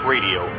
Radio